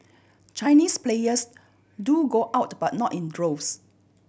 Chinese players do go out but not in droves